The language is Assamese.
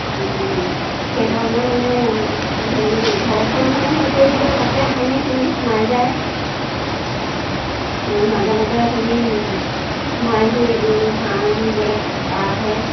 সেইধৰণে মানে হেৰি ঘৰ চৰ মানে সেই কৰি দিলেও তাতে ভাঙি চিঙি সোমাই যায় আৰু মাজে মাজে হেৰি সোমায়হি এইবোৰ হাঁহ নিবলৈ হেপাহ আহে